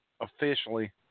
officially